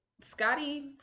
Scotty